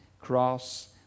cross